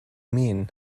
mean